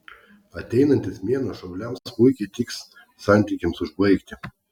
ateinantis mėnuo šauliams puikiai tiks santykiams užbaigti